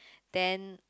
then